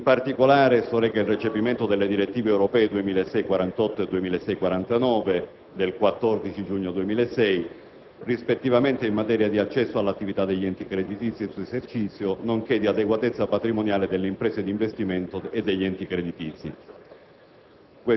In particolare, esso reca il recepimento delle direttive europee 2006/48 e 2006/49 del 14 giugno 2006, rispettivamente in materia di accesso all'attività degli enti creditizi ed al suo esercizio, nonché di adeguatezza patrimoniale delle imprese di investimento e degli enti creditizi.